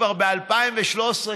כבר ב-2013,